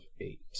eight